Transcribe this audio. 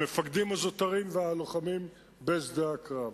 המפקדים הזוטרים והלוחמים בשדה הקרב.